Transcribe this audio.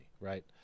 right